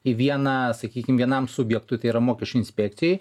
į vieną sakykim vienam subjektui tai yra mokesčių inspekcijai